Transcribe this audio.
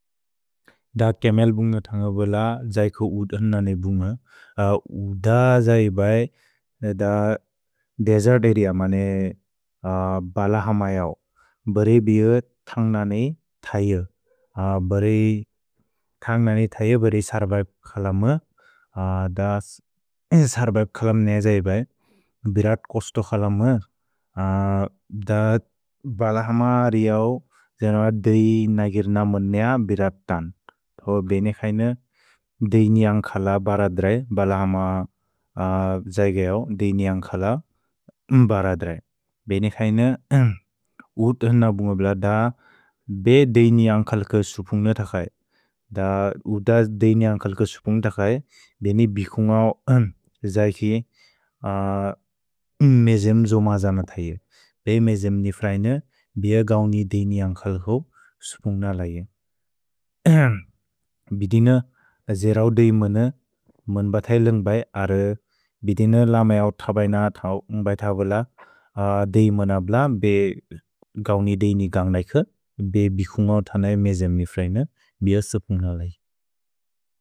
द केमेल् बुन्ग तन्ग बेल जैको उद् अनने बुन्ग। उद जैबै द देजेर्त् अरेअ मने बलहम इऔ। भरे बिअ तन्ग नने थय। भरे तन्ग नने थय बरे सर्बैप् खलम्। द सर्बैप् खलम् ने जैबै, बिरत् कोस्तो खलम्। द बलहम अरिऔ जैन देय् नगिर् न मोनेअ बिरतन्। थो बेने खैन देय्नि अन्खल बर द्रै। भलहम जैगैऔ देय्नि अन्खल म्बर द्रै। भेने खैन उद् अनने बुन्ग बेल द बे देय्नि अन्खल् क सुपुन्ग थकै। उद देय्नि अन्खल् क सुपुन्ग थकै बेने बिकुन्गौ अन् जैकि म्मेजेम् जो मज न थय। भे मेजेम् ने फ्रैन बे गौनि देय्नि अन्खल् हो सुपुन्ग थकै। भिदीन जेरौ देय् मने मन्ब थै लन्ग्बै अर। भिदीन लमैऔ थबैन थौ न्ग्बै थवल। देय् मन बे गौनि देय्नि गन्ग् लैख। भे बिकुन्गौ थनै मेजेम् ने फ्रैन। भिअ सुपुन्ग लै।